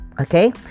Okay